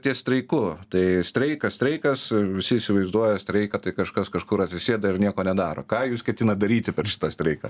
ties streiku tai streikas streikas visi įsivaizduoja streiką tai kažkas kažkur atsisėda ir nieko nedaro ką jūs ketinat daryti per šitą streiką